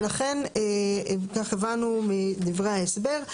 ולכן ככה הבנו מדברי ההסבר,